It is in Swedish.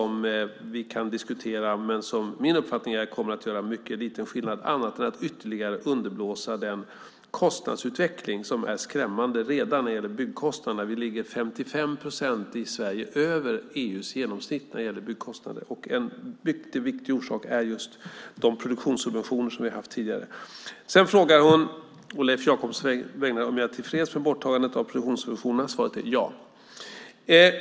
Min uppfattning är att det kommer att göra mycket liten skillnad, annat än att det ytterligare underblåser den kostnadsutveckling som är skrämmande redan när det gäller byggkostnaderna. Vi ligger i Sverige 55 procent över EU:s genomsnitt för byggkostnader. En mycket viktig orsak är de produktionssubventioner som vi haft tidigare. Carina Moberg frågar å Leif Jakobssons vägnar om jag är tillfreds med borttagandet av produktionssubventionerna. Svaret är ja.